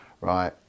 Right